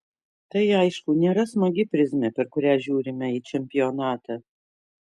tai aišku nėra smagi prizmė per kurią žiūrime į čempionatą